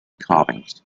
carvings